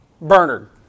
Bernard